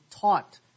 taught